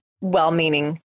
well-meaning